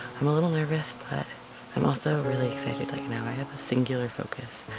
i'm a little nervous but i'm also really excited like now i have a singular focus.